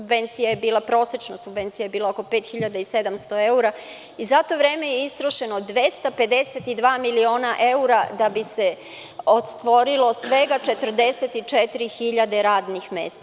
Prosečna subvencija je bila oko 5.700 evra i za to vreme je istrošeno 252 miliona evra da bi se otvorilo svega 44.000 radnih mesta.